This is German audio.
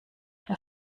herr